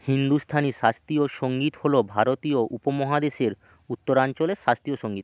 হিন্দুস্থানি শাস্ত্রীয় সঙ্গীত হলো ভারতীয় উপমহাদেশের উত্তরাঞ্চলের শাস্ত্রীয় সঙ্গীত